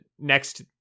next